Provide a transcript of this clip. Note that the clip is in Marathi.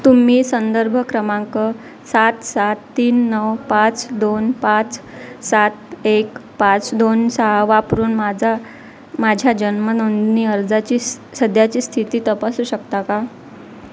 तुम्ही संदर्भ क्रमांक सात सात तीन नऊ पाच दोन पाच सात एक पाच दोन सहा वापरून माझा माझ्या जन्मनोंदणी अर्जाची स् सध्याची स्थिती तपासू शकता का